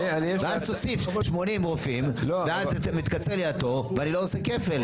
ואז תוסיף 80 רופאים ואז מתקצר לי התור ואני לא עושה כפל.